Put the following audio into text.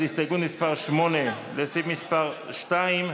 אז הסתייגות מס' 8, לסעיף מס' 2,